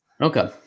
Okay